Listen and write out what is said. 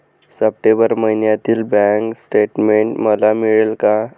September महिन्यातील bank statement मला मिळेल का?